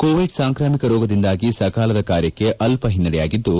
Covid ಸಾಂಕ್ರಾಮಿಕ ರೋಗದಿಂದಾಗಿ ಸಕಾಲದ ಕಾರ್ಯಕ್ಕೆ ಅಲ್ಪ ಹಿನ್ನೆಡೆಯಾಗಿದ್ದು